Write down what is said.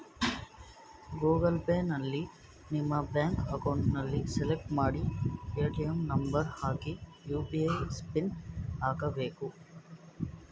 Google ಪೇಯಲ್ಲಿ ನಮ್ಮ bank account select ಮಾಡಿ ಎ.ಟಿ.ಎಂ ನಂಬರ್ ಹಾಕಿ ಯು.ಪಿ.ಐ ಪಿನ್ ಹಾಕ್ಬೇಕು